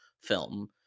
film